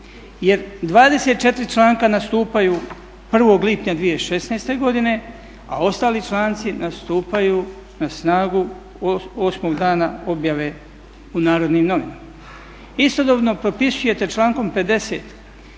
Jer 24 članka nastupaju 1. lipnja 2016. godine, a ostali članci stupaju na snagu 8 dana objave u Narodnim novinama. Istodobno propisujete člankom 50.